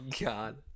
God